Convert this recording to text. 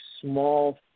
small